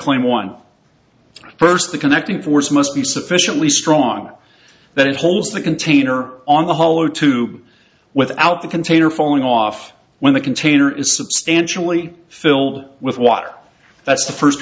claim one first the connecting force must be sufficiently strong that it holds the container on the hollow tube without the container falling off when the container is substantially filled with water that's the first